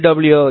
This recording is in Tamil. டபிள்யு